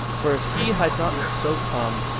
for if he had not so come,